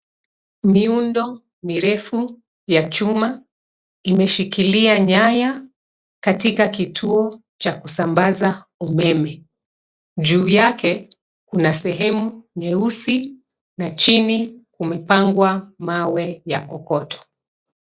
Miundo mirefu ya chuma imeshikilia nyaya katika kituo cha kusambaza umeme. Juu yake, kuna sehemu nyeusi na chini kumepangwa mawe ya kokoto.